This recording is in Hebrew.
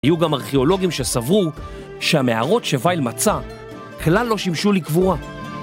יהיו גם ארכיאולוגים שסברו שהמערות שווייל מצא כלל לא שימשו לקבורה.